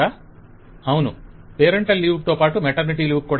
client అవును parental leave తోపాటు maternity leave కూడా